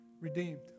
redeemed